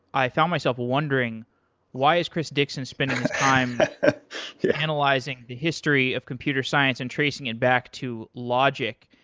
i found myself wondering why is chris dixon spending his time analyzing the history of computer science and tracing it back to logic?